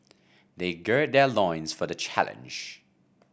they gird their loins for the challenge